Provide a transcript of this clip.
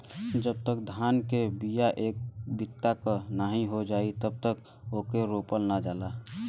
जब तक धान के बिया एक बित्ता क नाहीं हो जाई तब तक ओके रोपल ना जाला